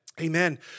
Amen